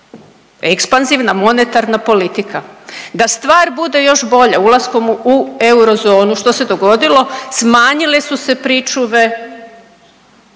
Ekspanzivna monetarna politika. Da stvar bude još bolja, ulaskom u eurozonu, što se dogodilo? Smanjile su se pričuve,